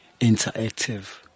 interactive